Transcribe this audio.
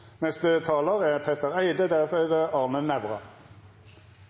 Neste taler er Geir Pollestad, deretter